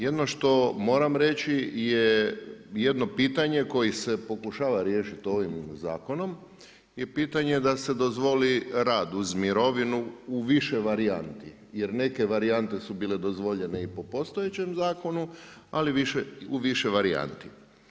Jedino što moram reći je jedno pitanje koje se pokušava riješiti ovim zakonom je pitanje da se dozvoli rad uz mirovinu u više varijanti jer neke varijante su bile dozvoljene i po postojećem zakonu, ali u više varijanti.